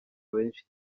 benshi